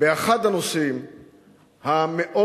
באחד הנושאים המאוד-ערכיים,